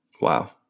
wow